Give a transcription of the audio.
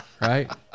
Right